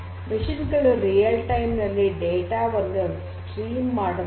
ಯಂತ್ರಗಳು ನೈಜ ಸಮಯದಲ್ಲಿ ಡೇಟಾ ವನ್ನು ಸ್ಟ್ರೀಮ್ ಮಾಡುತ್ತವೆ